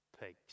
pigs